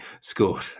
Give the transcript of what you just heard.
scored